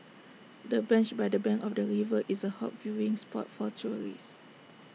the bench by the bank of the river is A hot viewing spot for tourists